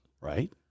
right